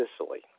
Sicily